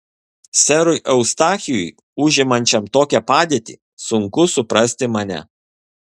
serui eustachijui užimančiam tokią padėtį sunku suprasti mane